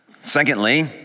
secondly